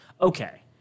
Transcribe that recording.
Okay